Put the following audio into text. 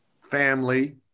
family